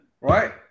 right